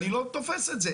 אני לא תופס את זה.